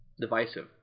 divisive